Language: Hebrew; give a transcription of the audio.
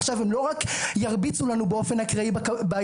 עכשיו הם לא רק ירביצו לנו באופן אקראי ביציע,